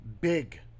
big